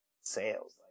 sales